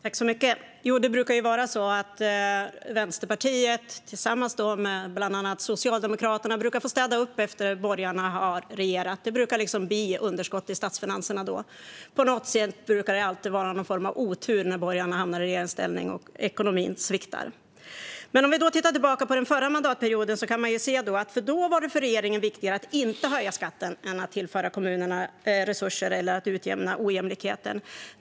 Fru ålderspresident! Det brukar ju vara så att Vänsterpartiet tillsammans med bland annat Socialdemokraterna får städa upp efter borgarna när de har regerat. Det brukar bli underskott i statsfinanserna då. På något sätt brukar det alltid vara otur när borgarna hamnar i regeringsställning och ekonomin sviktar. Men om man tittar tillbaka på den förra mandatperioden kan man se att då var det viktigare för regeringen att inte höja skatten än att tillföra kommunerna resurser eller utjämna ojämlikheten.